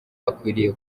akwiriye